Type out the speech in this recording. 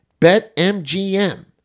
BetMGM